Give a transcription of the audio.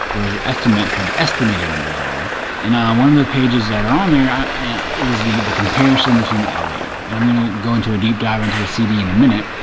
whereas your estimate had estimated numbers are and one of the pages that are on there is the the comparisons in le and i'm going to go into a deep dive into the cd in a minute.